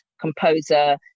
composer